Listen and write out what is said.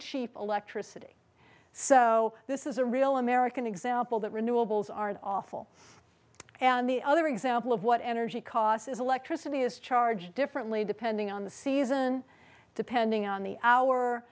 cheap electricity so this is a real american example that renewables are awful and the other example of what energy cost is electricity is charged differently depending on the season depending on the hour